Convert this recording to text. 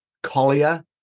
collier